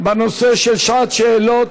של שעת השאלות,